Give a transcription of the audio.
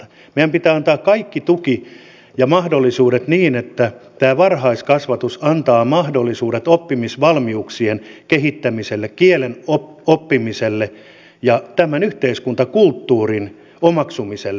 meidän pitää antaa kaikki tuki ja mahdollisuudet niin että tämä varhaiskasvatus antaa mahdollisuudet oppimisvalmiuksien kehittämiselle kielen oppimiselle ja tämän yhteiskuntakulttuurin omaksumiselle